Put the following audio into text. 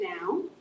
now